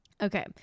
Okay